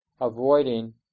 avoiding